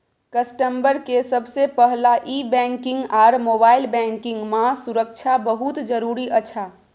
customer के सबसे पहला ई बैंकिंग आर मोबाइल बैंकिंग मां सुरक्षा बहुत जरूरी अच्छा